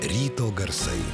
ryto garsai